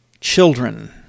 children